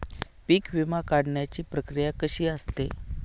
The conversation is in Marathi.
पीक विमा काढण्याची प्रक्रिया कशी असते?